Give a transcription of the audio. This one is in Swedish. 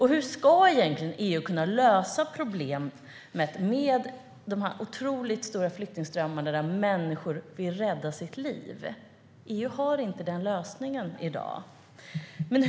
Hur ska egentligen EU kunna lösa problemet med de otroligt stora flyktingströmmarna med människor som vill rädda sina liv? EU har inte den lösningen i dag.